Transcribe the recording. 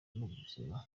n’ubuzima